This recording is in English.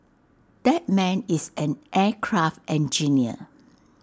that man is an aircraft engineer